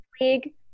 League